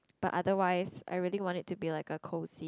but otherwise I really want it to be like a cosy